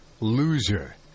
loser